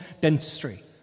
dentistry